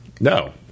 no